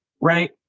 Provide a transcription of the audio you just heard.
right